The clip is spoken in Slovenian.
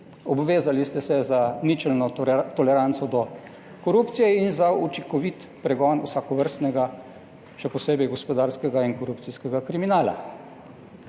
Obvezali ste se za ničelno toleranco do korupcije in za učinkovit pregon vsakovrstnega, še posebej gospodarskega in korupcijskega kriminala.